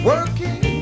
Working